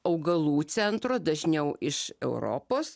augalų centro dažniau iš europos